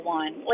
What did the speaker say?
one